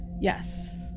Yes